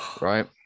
right